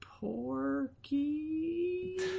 porky